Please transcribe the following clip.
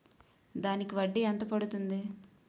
దానికి వడ్డీ ఎంత పడుతుంది?